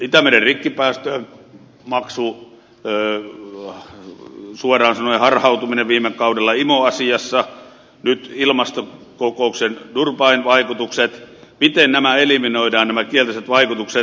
itämeren rikkipäästömaksu suoran sanoen harhautuminen viime kaudella imo asiassa nyt ilmastokokouksen durbanin vaikutukset miten eliminoidaan nämä kielteiset vaikutukset